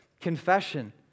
confession